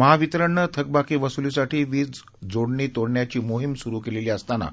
महावितरणनं थकबाकी वसुलीसाठी वीजजोडणी तोडण्याची मोहिम सुरु केलेली असताना